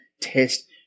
test